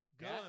Gun